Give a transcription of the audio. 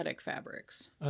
fabrics